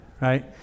right